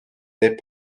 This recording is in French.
n’est